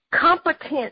competent